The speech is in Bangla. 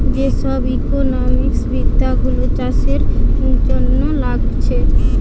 যে সব ইকোনোমিক্স বিদ্যা গুলো চাষের জন্যে লাগছে